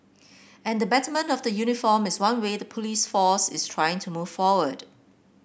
and the betterment of the uniform is one way the police force is trying to move forward